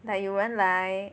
like 有人来